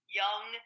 young